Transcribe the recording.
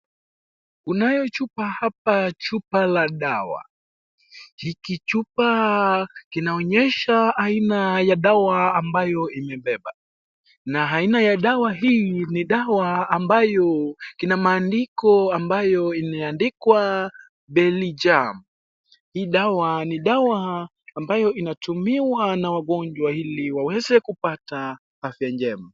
Kunayo chupa hapa chupa la dawa, hiki chupa kinaonyesha aina ya dawa ambayo imebeba, na aina ya dawa hii ni dawa ambao kina maandiko ambayo imeandikwa Balijaam hii dawa ni dawa ambayo inatumiwa na wagonjwa ili waweze kupata afya njema.